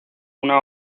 una